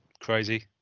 crazy